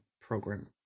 program